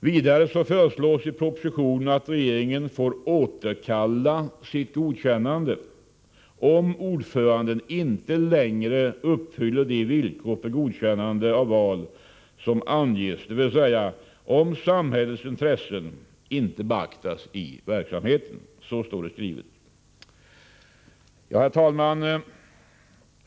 Vidare föreslås i propositionen att regeringen får återkalla sitt godkännande, om ordföranden inte längre uppfyller de villkor för godkännande av val som anges, dvs. om samhällets intressen inte beaktas i verksamheter. Så står det skrivet i propositionen. Herr talman!